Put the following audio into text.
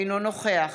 אינו נוכח